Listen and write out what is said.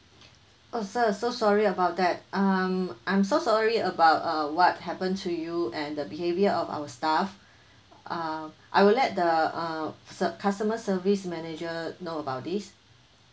oh sir so sorry about that um I'm so sorry about uh what happen to you and the behaviour of our staff uh I will let the uh se~ customer service manager know about this